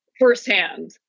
firsthand